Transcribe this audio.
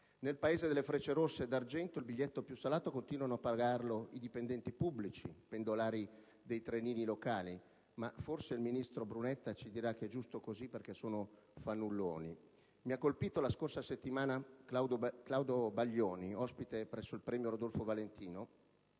Nel Paese delle frecce rosse e d'argento il biglietto più salato continuano a pagarlo i dipendenti pubblici, pendolari dei trenini locali. Ma forse il ministro Brunetta ci dirà che è giusto così perché sono fannulloni. Mi ha colpito, la scorsa settimana, Claudio Baglioni, ospite presso il premio Rodolfo Valentino,